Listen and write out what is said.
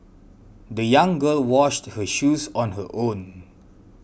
the young girl washed her shoes on her own